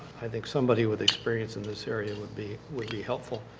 i think somebody with experience in this area it would be would be helpful.